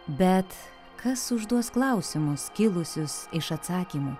bet kas užduos klausimus kilusius iš atsakymų